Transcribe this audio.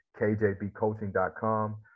kjbcoaching.com